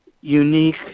unique